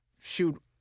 shoot